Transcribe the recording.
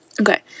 Okay